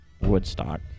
Woodstock